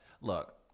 look